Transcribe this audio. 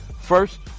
First